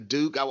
Duke